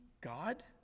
God